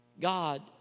God